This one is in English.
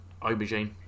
aubergine